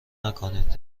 نکنید